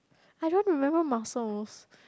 I don't remember mussels